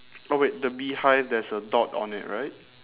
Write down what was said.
oh wait the beehive there's a dot on it right